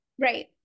right